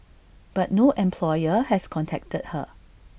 but no employer has contacted her